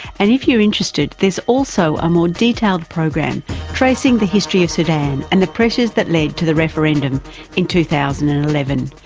and if you're interested there's also a more detailed program tracing the history of sudan and the pressures that led to the referendum in two thousand and eleven.